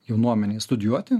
jaunuomenei studijuoti